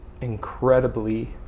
incredibly